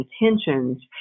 intentions